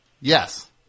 Yes